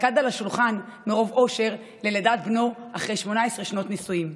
רקד על השולחן מרוב אושר על לידת בנו אחרי 18 שנות נישואים.